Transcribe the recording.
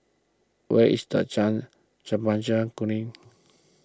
where is Jalan Chempaka Kuning